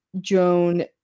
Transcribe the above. Joan